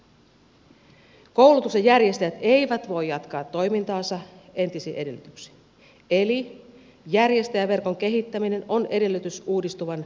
koulutuksen järjestäjät eivät voi jatkaa toimintaansa entisin edellytyksin eli järjestäjäverkon kehittäminen on edellytys uudistuvan rahoitusjärjestelmän toimivuudelle